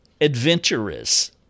adventurous